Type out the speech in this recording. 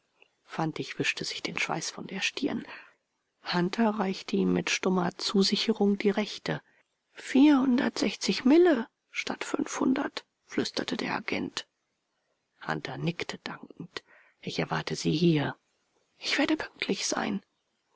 fantig wischte sich den schweiß von der stirn hunter reichte ihm mit stummer zusicherung die rechte vierhundertsechzig mille statt fünfhundert flüsterte der agent hunter nickte dankend ich erwarte sie hier ich werde pünktlich sein